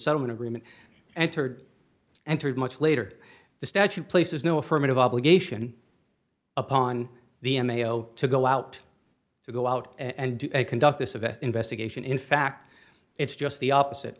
settlement agreement and her entered much later the statute places no affirmative obligation upon the m a o to go out to go out and conduct this of an investigation in fact it's just the opposite